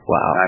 Wow